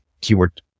keyword